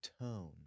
tone